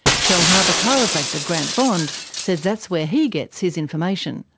shellharbour chiropractor grant bond says that's where he gets his information.